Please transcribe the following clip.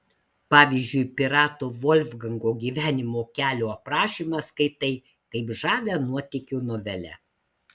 pavyzdžiui pirato volfgango gyvenimo kelio aprašymą skaitai kaip žavią nuotykių novelę